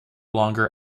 longer